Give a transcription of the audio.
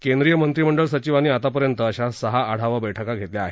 केंद्रीय मंत्रिमंडळ सचिवांनी आतापर्यंत अशा सहा आढावा बैठकी घेतल्या आहेत